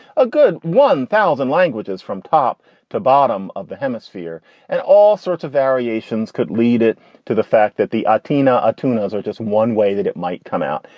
a good one thousand languages from top to bottom of the hemisphere and all sorts of variations could lead it to the fact that the atena ah tunas are just one way that it might come out.